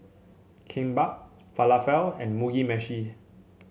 Kimbap Falafel and Mugi Meshi